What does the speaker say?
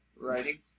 Writing